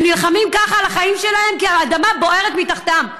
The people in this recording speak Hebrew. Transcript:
הם נלחמים ככה על החיים שלהם כי האדמה בוערת מתחתם.